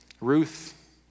Ruth